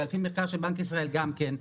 ועל פי מחקר של בנק ישראל גם כן,